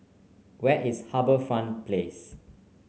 where is HarbourFront Place